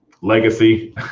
legacy